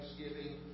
Thanksgiving